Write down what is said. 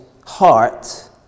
heart